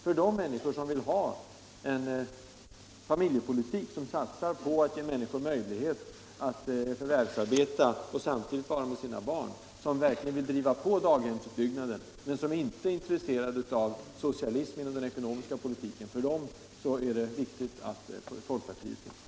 För de människor som vill ha en familjepolitik som satsar på att ge människor möjlighet att förvärvsarbeta och samtidigt vara tillsammans med sina barn, som verkligen vill driva på daghemsutbyggnaden, men som inte önskar någon socialism inom den ekonomiska politiken, är det viktigt att folkpartiet finns.